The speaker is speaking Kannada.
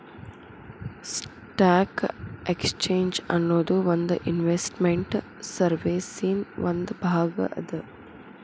ಸ್ಟಾಕ್ ಎಕ್ಸ್ಚೇಂಜ್ ಅನ್ನೊದು ಒಂದ್ ಇನ್ವೆಸ್ಟ್ ಮೆಂಟ್ ಸರ್ವೇಸಿನ್ ಒಂದ್ ಭಾಗ ಅದ